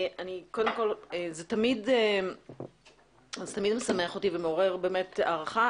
זה תמיד משמח אותי ומעורר הערכה,